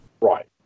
Right